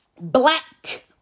black